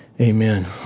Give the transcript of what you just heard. Amen